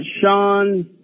Sean